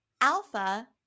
Alpha